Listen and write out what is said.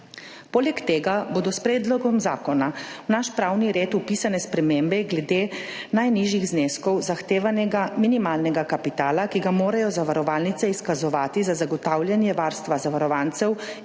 Poleg tega bodo s predlogom zakona v naš pravni red vpisane spremembe glede najnižjih zneskov zahtevanega minimalnega kapitala, ki ga morajo zavarovalnice izkazovati za zagotavljanje varstva zavarovancev in